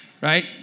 Right